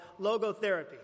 logotherapy